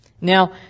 Now